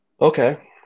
Okay